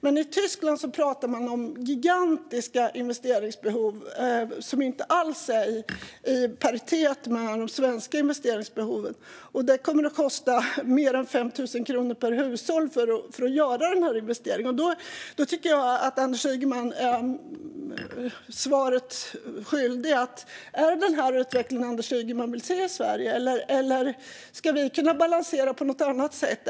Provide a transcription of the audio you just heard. Men i Tyskland pratar man om gigantiska investeringsbehov som inte alls är i paritet med de svenska investeringsbehoven. Det kommer att kosta mer än 5 000 kronor per hushåll att göra den här investeringen. Då tycker jag att Anders Ygeman är svaret skyldig. Är det den här utvecklingen Anders Ygeman vill se i Sverige, eller ska vi kunna balansera detta på något annat sätt?